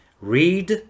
read